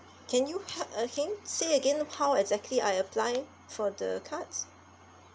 can you help again say again how exactly I apply for the cards